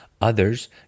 Others